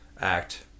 act